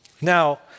Now